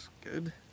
Good